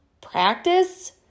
practice